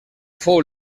fou